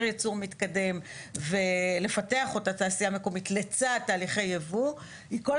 יצור מתקדם ולפתח את התעשייה המקומית לצד תהליכי יבוא הוא כל